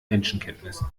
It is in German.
menschenkenntnis